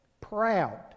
proud